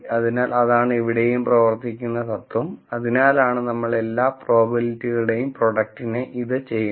അതിനാൽ അതാണ് ഇവിടെയും പ്രവർത്തിക്കുന്ന തത്വം അതിനാലാണ് നമ്മൾ എല്ലാ പ്രോബബിലിറ്റികളുടെയും പ്രൊഡക്ടിനെ ഇത് ചെയ്യുന്നത്